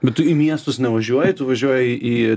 bet tu į miestus nevažiuoji tu važiuoji į